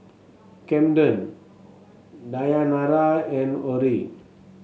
Kamden Dayanara and Orrie